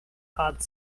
hot